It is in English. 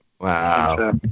Wow